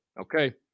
Okay